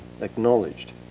acknowledged